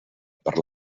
per